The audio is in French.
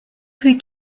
plus